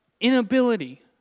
inability